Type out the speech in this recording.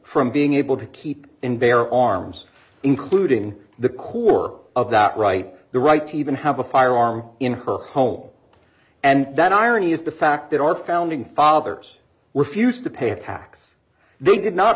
from being able to keep and bear arms including the core of that right the right to even have a firearm in her home and that irony is the fact that our founding fathers were fused to pay a tax they did not